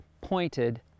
pointed